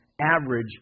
average